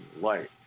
light